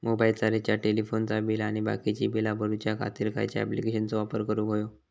मोबाईलाचा रिचार्ज टेलिफोनाचा बिल आणि बाकीची बिला भरूच्या खातीर खयच्या ॲप्लिकेशनाचो वापर करूक होयो?